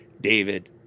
David